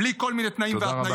בלי כל מיני תנאים והתניות.